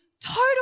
total